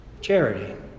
Charity